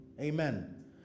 Amen